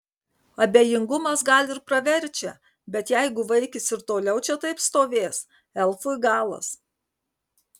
abejingumas gal ir praverčia bet jeigu vaikis ir toliau čia taip stovės elfui galas